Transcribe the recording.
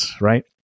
right